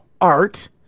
art